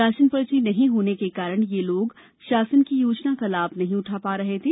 ration पर्ची नहीं होने के कारण ये लोग शासन की योजना का लाभ नहीं उठा पा रहे थे